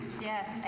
Yes